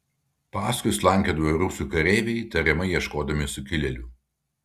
paskui slankiodavo rusų kareiviai tariamai ieškodami sukilėlių